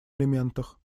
элементах